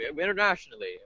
internationally